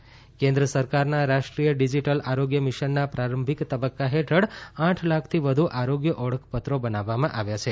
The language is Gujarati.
ડીજીટલ આરોગ્ય મિશન કેન્દ્ર સરકારના રાષ્ટ્રીય ડીજીટલ આરોગ્ય મિશનના પ્રારંભિક તબકકા હેઠળ આઠ લાખથી વધુ આરોગ્ય ઓળખપત્રો બનાવવામાં આવ્યા છે